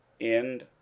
End